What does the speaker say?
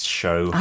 show